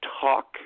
talk